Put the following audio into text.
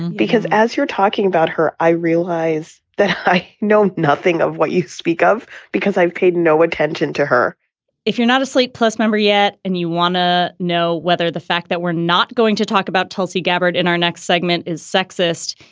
because as you're talking about her, i realize that i know nothing of what you speak of because i've paid no attention to her if you're not a slate plus member yet and you want to know whether the fact that we're not going to talk about tulsi gabbard in our next segment is sexist,